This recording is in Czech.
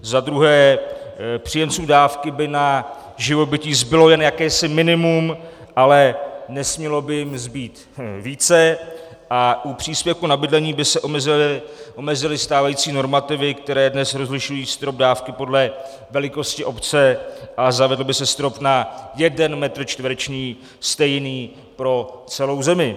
Za druhé, příjemcům dávky na živobytí by zbylo jen jakési minimum, ale nesmělo by jim zbýt více a u příspěvku na bydlení by se omezily stávající normativy, které dnes rozlišují strop dávky podle velikosti obce, a zavedl by se strop na jeden metr čtvereční stejný pro celou zemi.